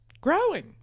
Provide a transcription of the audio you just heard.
growing